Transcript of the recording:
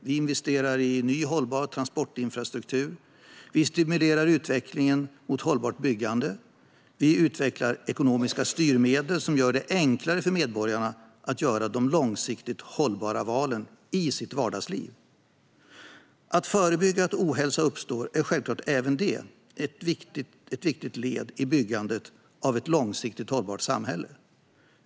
Vi investerar i ny hållbar transportinfrastruktur, vi stimulerar utvecklingen mot hållbart byggande, vi utvecklar ekonomiska styrmedel som gör det enklare för medborgarna att göra de långsiktigt hållbara valen i sina vardagsliv. Att förebygga att ohälsa uppstår är självklart även det ett viktigt led i byggandet av ett långsiktigt hållbart samhälle.